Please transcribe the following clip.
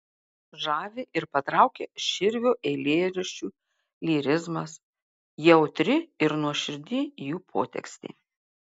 žavi ir patraukia širvio eilėraščių lyrizmas jautri ir nuoširdi jų potekstė